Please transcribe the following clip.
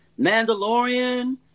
Mandalorian